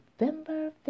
November